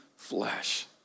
flesh